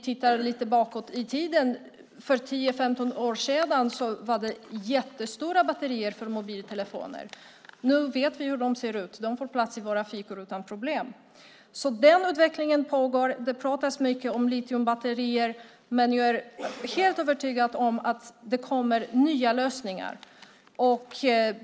Tittar vi lite bakåt i tiden så var det för 10-15 år sedan jättestora batterier för mobiltelefoner. Nu vet vi hur de ser ut; de får plats i våra fickor utan problem. Det pratas mycket om litiumbatterier, men jag är helt övertygad om att det kommer nya lösningar.